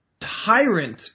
tyrant